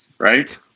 right